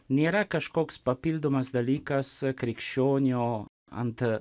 nėra kažkoks papildomas dalykas krikščionio ant